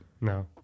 No